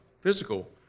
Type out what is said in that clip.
physical